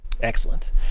Excellent